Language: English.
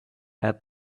add